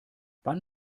wann